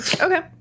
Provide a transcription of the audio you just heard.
Okay